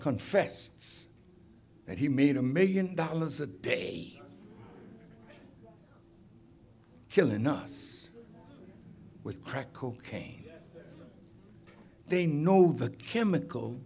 confess that he made a million dollars a day killing us with crack cocaine they know the chemical